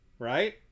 Right